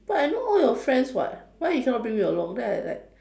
but I know all your friends [what] why you cannot bring me along that I like